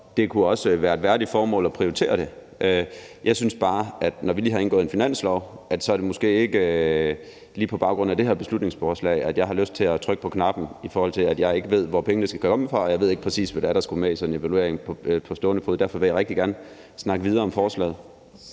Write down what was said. det kunne også være et værdigt formål at prioritere det. Jeg synes bare, at når vi lige har indgået aftale om en finanslov, er det måske ikke lige på baggrund af det her beslutningsforslag, at jeg har lyst til at trykke på knappen, i forhold til at jeg ikke lige på stående fod ved, hvor pengene skal komme fra, og ikke ved, præcis hvad det er, der skulle med i sådan en evaluering. Derfor vil jeg rigtig gerne snakke videre om forslaget.